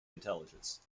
intelligence